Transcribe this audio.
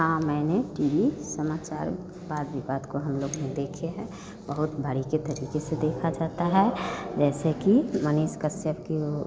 हाँ मैंने TV समाचार वाद विवाद को हम लोग ने देखा है बहुत बारीकी तरीके से देखा जाता है जैसे कि मनीष कश्यप की वो